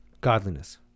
godliness